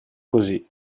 così